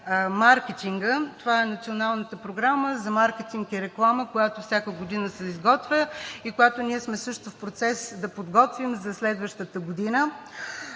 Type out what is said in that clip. това е Националната програма за маркетинг и реклама, която всяка година се изготвя и която ние сме също в процес да подготвим за следващата година.